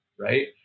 right